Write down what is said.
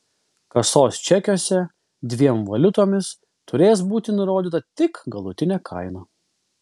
kasos čekiuose dviem valiutomis turės būti nurodyta tik galutinė kaina